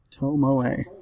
Tomoe